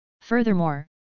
Furthermore